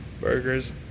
Burgers